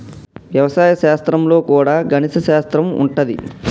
వ్యవసాయ శాస్త్రం లో కూడా గణిత శాస్త్రం ఉంటది